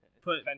Put